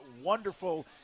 wonderful